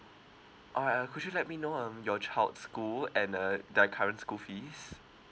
uh uh could you let me know um your child's school and uh their current school fees